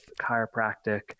chiropractic